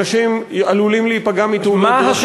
אנשים עלולים להיפגע מתאונות דרכים.